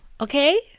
Okay